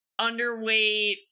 underweight